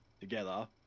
together